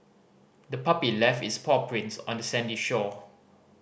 the puppy left its paw prints on the sandy shore